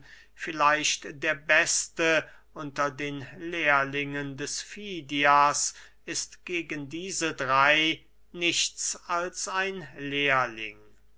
vielleicht der beste unter den lehrlingen des fidias ist gegen diese drey nichts als ein lehrling